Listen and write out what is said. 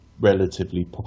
relatively